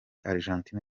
argentine